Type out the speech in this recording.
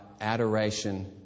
adoration